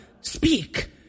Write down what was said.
Speak